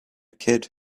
kid